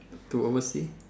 to overseas